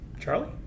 Charlie